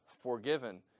forgiven